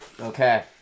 Okay